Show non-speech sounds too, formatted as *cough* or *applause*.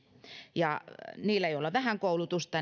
ja ne joilla on vähän koulutusta *unintelligible*